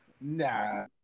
nah